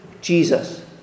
Jesus